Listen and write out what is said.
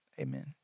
Amen